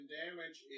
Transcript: damage